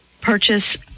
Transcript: purchase